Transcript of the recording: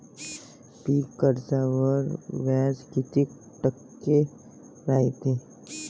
पीक कर्जावर व्याज किती टक्के रायते?